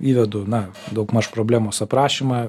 įvedu na daugmaž problemos aprašymą